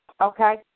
Okay